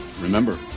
Remember